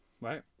Right